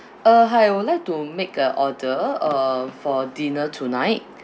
uh hi I would like to make a order uh for dinner tonight